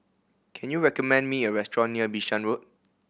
can you recommend me a restaurant near Bishan Road